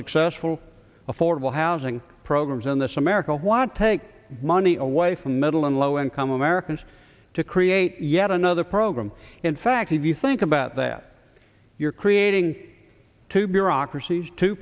successful affordable housing programs in this america want to take money away from middle and low income americans to create yet another program in fact if you think about that you're creating two